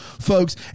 folks